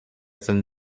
than